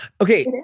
Okay